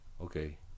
okay